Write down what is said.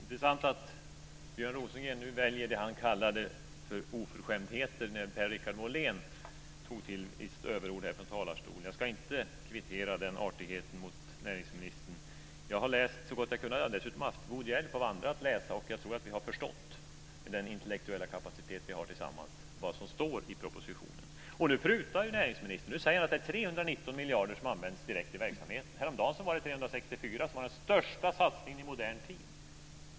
Herr talman! Det är intressant att Björn Rosengren nu väljer det han kallade oförskämdheter när Per Richard Molén tog till överord här från talarstolen. Jag ska inte kvittera artigheten från näringsministern. Jag har läst så gott jag har kunnat och har dessutom haft god hjälp av andra att läsa, och jag tror att vi har förstått, med den intellektuella kapacitet vi har tillsammans, vad som står i propositionen. Och nu prutar näringsministern. Nu säger han att det är 319 miljarder som används direkt i verksamhet. Häromdagen var det 364 miljarder och den största satsningen i modern tid.